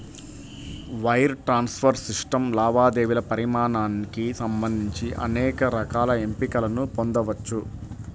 wire transfer system లావాదేవీల పరిమాణానికి సంబంధించి అనేక రకాల ఎంపికలను పొందొచ్చు